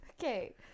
Okay